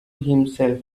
himself